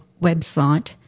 website